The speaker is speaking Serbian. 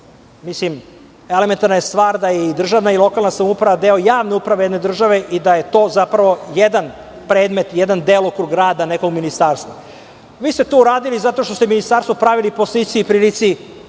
uprava. Elementarna je stvar da su i državna i lokalna samouprava deo javne uprave jedne države i da je to jedan predmet, jedan delokrug rada nekog ministarstva. Vi ste to uradili zato što ste ministarstvo pravili po slici i prilici